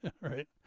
right